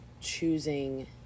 choosing